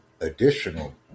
additional